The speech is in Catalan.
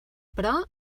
però